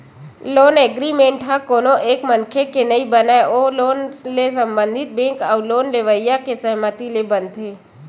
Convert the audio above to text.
loan agreement ह कोनो एक मनखे के नइ बनय ओ लोन ले संबंधित बेंक अउ लोन लेवइया के सहमति ले बनथे